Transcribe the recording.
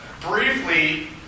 briefly